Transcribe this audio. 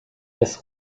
des